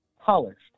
polished